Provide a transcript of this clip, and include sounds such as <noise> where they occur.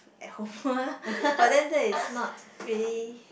at home <noise> but then that is not really